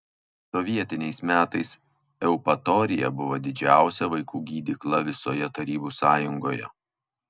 sovietiniais metais eupatorija buvo didžiausia vaikų gydykla visoje tarybų sąjungoje